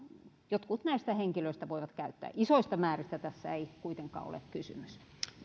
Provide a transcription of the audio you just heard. jotkut näistä henkilöistä voivat käyttää isoista määristä tässä ei kuitenkaan ole kysymys